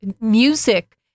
music